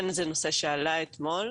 כן זה נושא שעלה אתמול,